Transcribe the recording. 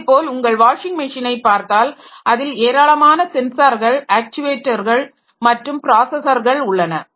அதேபோல உங்கள் வாஷிங்மெஷினை பார்த்தால் அதில் ஏராளமான சென்சார்கள் ஆக்சுவேட்டர்கள் மற்றும் பிராசஸர்கள் உள்ளன